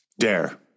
dare